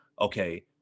okay